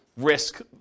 Risk